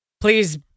Please